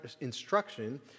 instruction